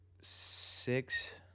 six